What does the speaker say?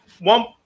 one